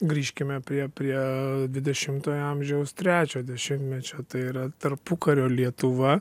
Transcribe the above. grįžkime prie prie dvidešimtojo amžiaus trečio dešimtmečio tai yra tarpukario lietuva